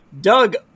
Doug